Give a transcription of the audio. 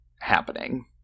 happening